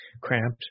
cramped